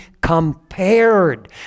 compared